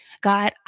God